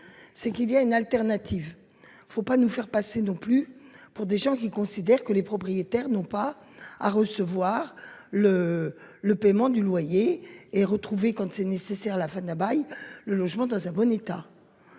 C'est qu'il y a une alternative. Il ne faut pas nous faire passer non plus pour des gens qui considèrent que les propriétaires n'ont pas à recevoir le le paiement du loyer et retrouver quand c'est nécessaire. La fin d'un bail, le logement dans un bon état.